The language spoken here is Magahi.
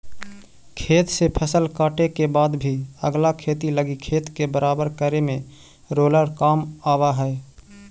खेत से फसल काटे के बाद भी अगला खेती लगी खेत के बराबर करे में रोलर काम आवऽ हई